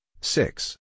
six